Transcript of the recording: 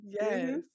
Yes